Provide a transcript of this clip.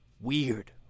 Weird